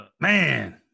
Man